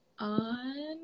on